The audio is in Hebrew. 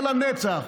אתה תחיה לנצח.